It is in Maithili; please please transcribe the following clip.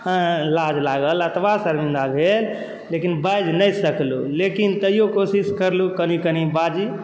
लाज लागल हमरा एतबा शर्मिन्दा भेल लेकिन बाजि नहि सकलहुँ लेकिन तैयो कोशिश करलहुँ कनि कनि बाजी